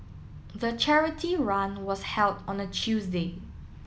the charity run was held on a Tuesday